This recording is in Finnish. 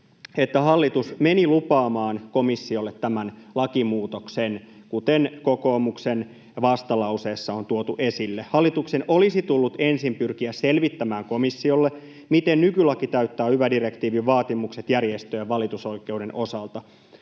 että hallitus meni lupaamaan komissiolle tämän lakimuutoksen, kuten kokoomuksen vastalauseessa on tuotu esille. Hallituksen olisi tullut ensin pyrkiä selvittämään komissiolle, miten nykylaki täyttää yva-direktiivin vaatimukset järjestöjen valitusoikeuden osalta.